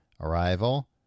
Arrival